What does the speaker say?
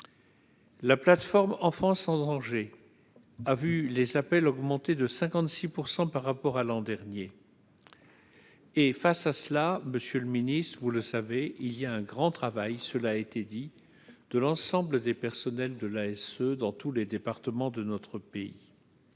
la plateforme en France, danger, a vu les appels, augmenté de 56 % par rapport à l'an dernier et face à cela, Monsieur le Ministre, vous le savez, il y a un grand travail, cela a été dit, de l'ensemble des personnels de l'ASE dans tous les départements de notre pays,